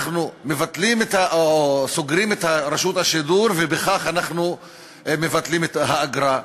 אנחנו מבטלים או סוגרים את רשות השידור ובכך אנחנו מבטלים את האגרה,